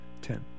Ten